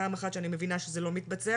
פעם אחת שאני מבינה שזה לא מתבצע,